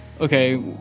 okay